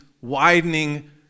widening